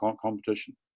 competition